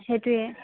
সেইটোৱে